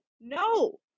No